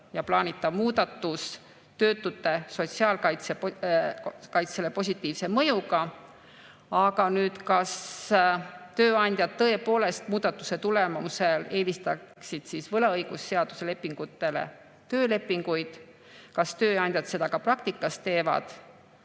ja plaanitav muudatus töötute sotsiaalkaitsele positiivse mõjuga. Aga seda, kas tööandjad tõepoolest muudatuse tulemusel eelistaksid võlaõiguslepingutele töölepinguid, kas tööandjad seda ka praktikas teevad,